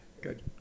good